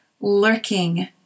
lurking